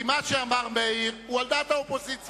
כי מה שאמר מאיר הוא על דעת האופוזיציה.